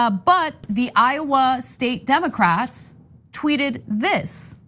ah but the iowa state democrats tweeted this,